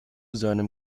seinem